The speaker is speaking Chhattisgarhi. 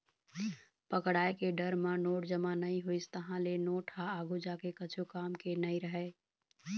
पकड़ाय के डर म नोट जमा नइ होइस, तहाँ ले नोट ह आघु जाके कछु काम के नइ रहय